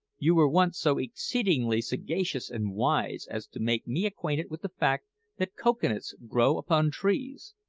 you were once so exceedingly sagacious and wise as to make me acquainted with the fact that cocoa-nuts grow upon trees.